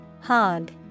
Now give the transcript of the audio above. Hog